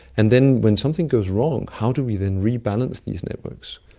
and then when something goes wrong, how do we then rebalance these networks?